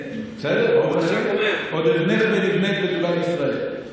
בסדר, ברוך השם, "עוד אבנך ונבנית בתולת ישראל".